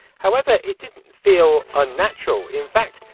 howevever, it didn't feel un-natural. in fact,